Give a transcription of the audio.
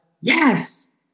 yes